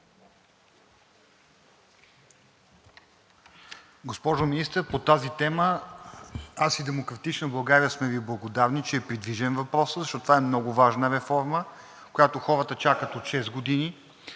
Госпожо Министър, по тази тема аз и „Демократична България“ сме Ви благодарни, че е придвижен въпроса, защото това е много важна реформа, която хората чакат от шест години,